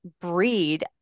breed